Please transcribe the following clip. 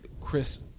Chris